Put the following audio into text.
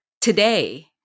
today